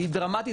היא דרמטית,